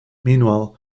meanwhile